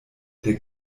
der